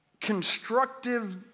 constructive